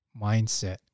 Mindset